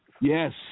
Yes